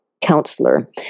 counselor